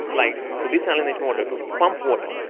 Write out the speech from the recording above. like to desalinate water, to pump water.